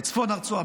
בצפון הרצועה,